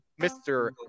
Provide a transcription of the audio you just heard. Mr